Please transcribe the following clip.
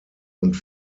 und